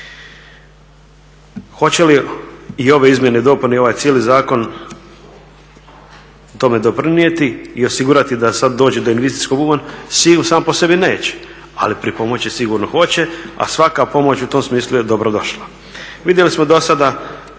Hoće li i ove izmjene i ovaj cijeli zakon tome doprinijeti i osigurati da sada dođe do …/Govornik se ne razumije./… samo po sebi neće ali pripomoći sigurno hoće a svaka pomoć u tom smislu je dobro došla.